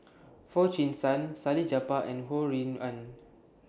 Foo Chee San Salleh Japar and Ho Rui An